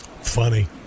Funny